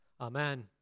Amen